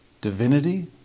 divinity